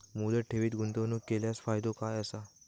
मुदत ठेवीत गुंतवणूक केल्यास फायदो काय आसा?